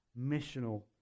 missional